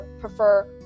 prefer